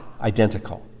identical